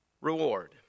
reward